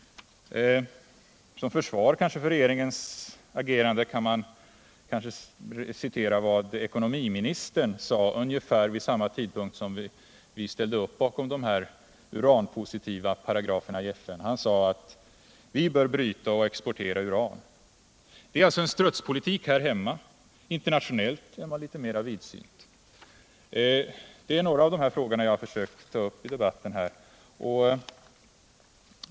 Som försvar för regeringens agerande kan man kanske återgå till vad ekonomiministern sade vid ungefär samma tidpunkt som vi ställde upp bakom de här uranpositiva paragraferna i FN. Han sade: Vi bör bryta och exportera uran. Man för alltså en strutspolitik här hemma. Internationellt är man litet mer vidsynt. Det är några av de här frågorna som jag har försökt ta upp i debatten.